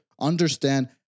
understand